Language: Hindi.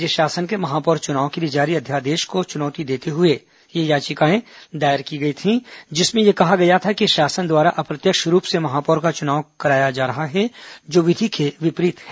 राज्य शासन के महापौर चुनाव के लिए जारी अध्यादेश को चुनौती देते हुए ये याचिकाएं दायर की गई थीं जिसमें यह कहा गया था कि शासन द्वारा अप्रत्यक्ष रूप से महापौर का चुनाव करवाया जा रहा है जो विधि के विपरीत है